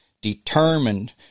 determined